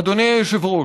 אדוני היושב-ראש,